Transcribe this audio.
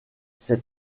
ces